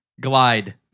glide